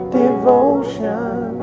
devotion